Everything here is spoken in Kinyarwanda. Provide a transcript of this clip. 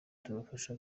tubafasha